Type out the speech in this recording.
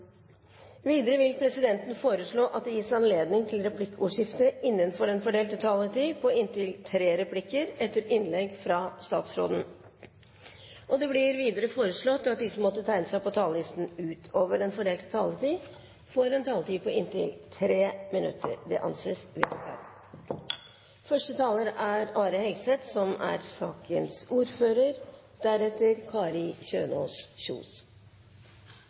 Videre vil presidenten foreslå at det gis anledning til replikkordskifte på inntil tre replikker med svar etter innlegget fra statsråden innenfor den fordelte taletiden. Videre blir det foreslått at de som måtte tegne seg på talerlisten utover den fordelte taletid, får en taletid på inntil 3 minutter. – Det anses vedtatt. Stortinget skal nå behandle forslag fra representantene Jon Jæger Gåsvatn, Morten Stordalen og Kari Kjønaas Kjos